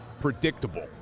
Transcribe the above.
predictable